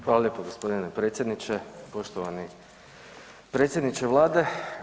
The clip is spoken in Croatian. Hvala lijepo gospodine predsjedniče, poštovani predsjedniče Vlade.